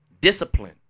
Discipline